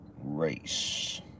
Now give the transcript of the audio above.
race